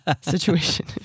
situation